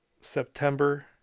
September